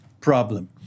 problem